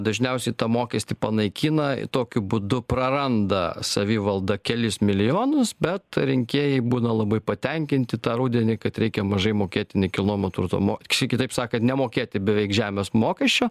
dažniausiai tą mokestį panaikina tokiu būdu praranda savivalda kelis milijonus bet rinkėjai būna labai patenkinti tą rudenį kad reikia mažai mokėti nekilnojamo turto mok š kitaip sakant nemokėti beveik žemės mokesčio